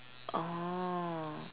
oh